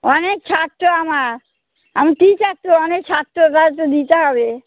অনেক ছাত্র আমার আমি টিচার তো অনেক ছাত্ররা তো দিতে হবে